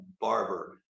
barber